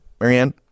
Marianne